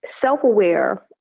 self-aware